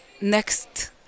next